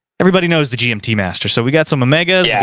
everybody knows the gmt-master. so we got some omegas, yeah